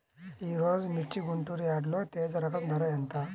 ఈరోజు మిర్చి గుంటూరు యార్డులో తేజ రకం ధర ఎంత?